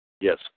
Yes